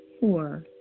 Four